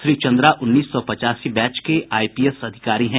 श्री चन्द्रा उन्नीस सौ पचासी बैच के आईपीएस अधिकारी है